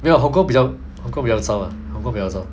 没有 hong-kong 比较 hong-kong 比较糟 lah hong-kong 比较糟 lah